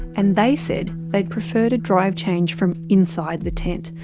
and they said they'd prefer to drive change from inside the tent,